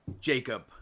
Jacob